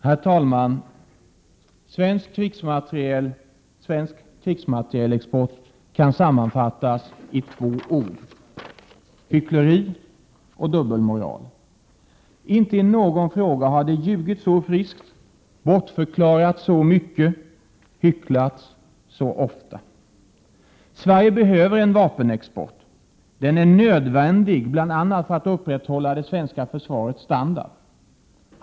Herr talman! Svensk krigsmaterielexport kan sammanfattas i två ord: hyckleri och dubbelloral. Inte i någon annan fråga har det ljugits så friskt, bortförklarats så mycket och hycklats så ofta. Sverige behöver en vapenexport. Den är nödvändig bl.a. för att upprätthålla det svenska försvarets standard.